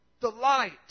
delight